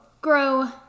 grow